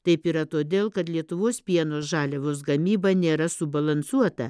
taip yra todėl kad lietuvos pieno žaliavos gamyba nėra subalansuota